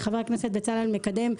חה"כ בצלאל מקדם,